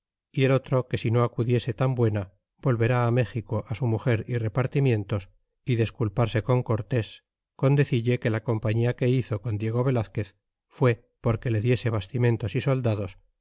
y el otro que si no acudiese tan buena volverá méxico á su muger y repartimientos y desculparse con cortés con decille que la compañia que hizo con diego velazquez fué porque le diese bastimentos y soldados